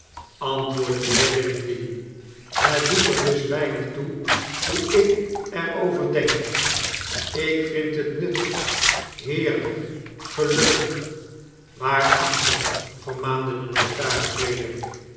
antwoordde de heer bintrey hetdoeter dus weinig toe hoe ik er over denk ik vind het nuttig heerlyk gelukkig waarachtig vermaande de notaris weder